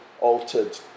altered